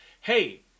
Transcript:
hey